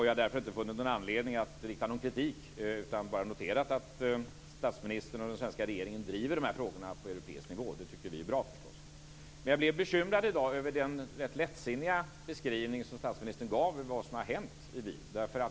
Jag har inte funnit någon anledning att rikta kritik utan bara noterat att statsministern och den svenska regeringen driver denna fråga på europeisk nivå, och det tycker vi är bra. Men jag blev bekymrad i dag över den rätt lättsinniga beskrivning som statsministern gav av det som hade hänt i Wien.